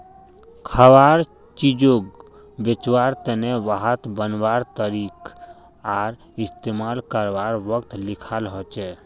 खवार चीजोग भेज्वार तने वहात बनवार तारीख आर इस्तेमाल कारवार वक़्त लिखाल होचे